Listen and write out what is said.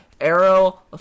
Arrow